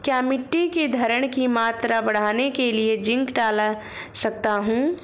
क्या मिट्टी की धरण की मात्रा बढ़ाने के लिए जिंक डाल सकता हूँ?